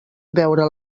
veure